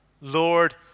Lord